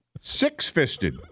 Six-fisted